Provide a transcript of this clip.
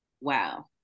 wow